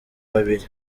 babiri